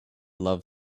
love